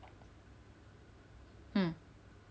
mm